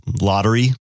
lottery